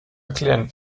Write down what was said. erklären